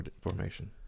formation